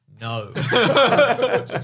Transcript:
No